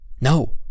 No